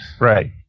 Right